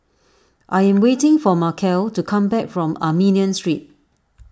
I am waiting for Markell to come back from Armenian Street